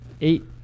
eight